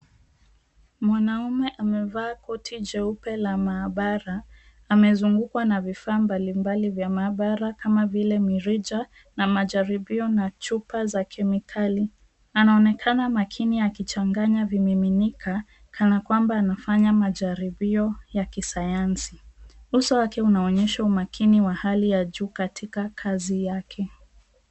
Mwanaume amevaa koti jeupe la maabara, amezungukwa na vifaa mbali mbali za maabara kama vile mirija na majaribio na chupa za kemikali. Anaonekana makini akichanganya vimiminika kana kwamba anafanya majaribio ya kisayansi. Uso wake unaonyesha umakini wa hali ya juu katika kazi yake.